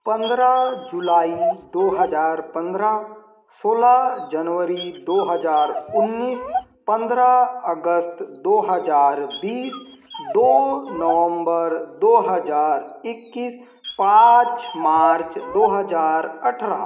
पंद्रह जुलाई दो हजार पंद्रह सोलह जनवरी दो हजार उन्नीस पंद्रह अगस्त दो हजार बीस दो नवम्बर दो हजार इक्कीस पाँच मार्च दो हजार अठारह